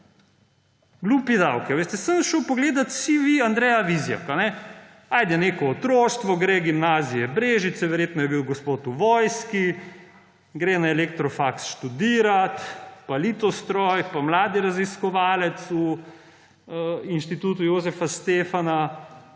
Glupi davki. Veste, šel sem pogledat CV Andreja Vizjaka. Ajde, neko otroštvo, gre na Gimnazijo Brežice, verjetno je bil gospod v vojski, gre na elektrofaks študirat, pa Litostroj, pa mladi raziskovalec na Inštitutu Jožefa Stefana.